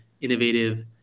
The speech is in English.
innovative